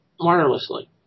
wirelessly